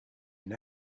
been